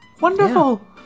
Wonderful